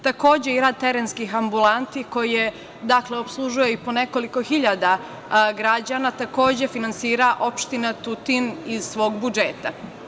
Takođe, i rad terenskih ambulanti koje, dakle, opslužuju i po nekoliko hiljada građana, takođe finansira opština Tutin iz svog budžeta.